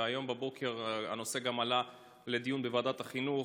והיום בבוקר הנושא עלה לדיון גם בוועדת החינוך.